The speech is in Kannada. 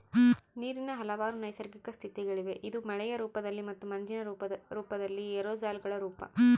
ನೀರಿನ ಹಲವಾರು ನೈಸರ್ಗಿಕ ಸ್ಥಿತಿಗಳಿವೆ ಇದು ಮಳೆಯ ರೂಪದಲ್ಲಿ ಮತ್ತು ಮಂಜಿನ ರೂಪದಲ್ಲಿ ಏರೋಸಾಲ್ಗಳ ರೂಪ